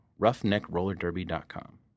roughneckrollerderby.com